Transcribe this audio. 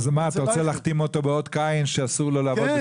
אז אתה רוצה להחתים אותו באות קין שאסור לו לעבוד בשום מקום?